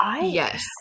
Yes